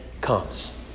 comes